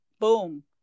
boom